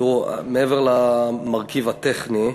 מעבר למרכיב הטכני,